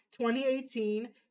2018